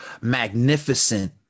magnificent